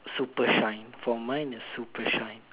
super shine for mine is super shine